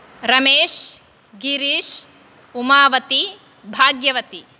Ramesh Girish Umavati Bhagyavati